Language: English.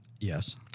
Yes